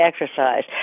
exercise